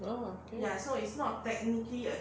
oh okay